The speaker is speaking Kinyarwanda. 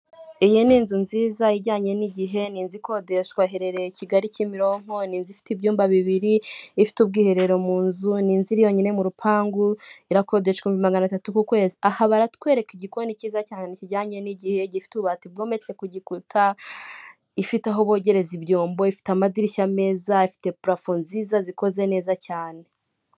Iyi ni inzu nziza ijyanye n'igihe, ni inzu ikodeshwa iherereye i kigali kimironko, ni inzu ifite ibyumba bibiri, ifite ubwiherero mu nzu, ni inzu iri yonyine mu rupangu, irakodeshwa ibihumbi magana atatu ku kwezi. Aha baratwereka igikoni cyiza cyane kijyanye n'igihe, gifite ububati bwometse ku gikuta ifite aho bogereza ibyombo, ifite amadirishya meza, ifite prafu nziza zikoze neza cyane.